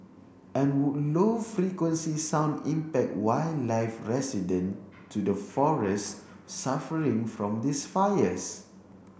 and would low frequency sound impact wildlife resident to the forest suffering from these fires